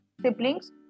siblings